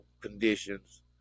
conditions